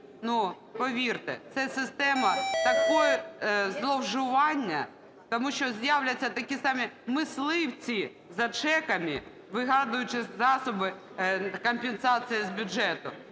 ну, повірте, це система такого зловживання, тому що з'являться такі самі мисливці за чеками, вигадуючи засоби компенсації з бюджету.